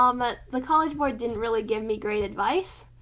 um but the college board didn't really give me great advice,